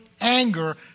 anger